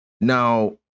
now